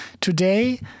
today